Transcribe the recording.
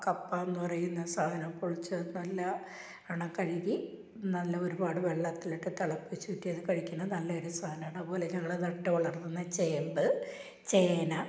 കപ്പയെന്നു പറയുന്ന സാധനം പൊളിച്ച നല്ലവണ്ണം കഴുകി നല്ല ഒരുപാട് വെള്ളത്തിലിട്ട് തിളപ്പിച്ചൂറ്റി അത് കഴിക്കുന്ന നല്ലൊരു സാനമാണ് അവ പോലെ ഞങ്ങൾ നട്ട് വളര്ത്തുന്ന ചേമ്പ് ചേന